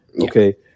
Okay